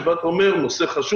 שבה אתה אומר: הנושא חשוב,